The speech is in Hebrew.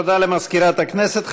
תודה למזכירת הכנסת.